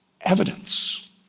evidence